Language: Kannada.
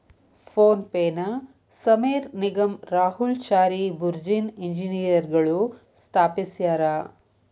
ಫೋನ್ ಪೆನ ಸಮೇರ್ ನಿಗಮ್ ರಾಹುಲ್ ಚಾರಿ ಬುರ್ಜಿನ್ ಇಂಜಿನಿಯರ್ಗಳು ಸ್ಥಾಪಿಸ್ಯರಾ